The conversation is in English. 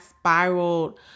spiraled